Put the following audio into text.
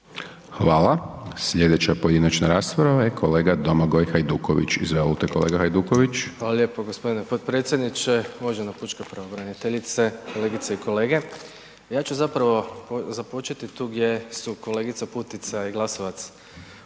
Hvala. Slijedeća pojedinačna rasprava je kolega Domagoj Hajduković, izvolite kolega Hajduković. **Hajduković, Domagoj (SDP)** Hvala lijepo g. potpredsjedniče, uvažena pučka pravobraniteljice, kolegice i kolege, ja ću zapravo započeti tu gdje su kolegica Putica i Glasovac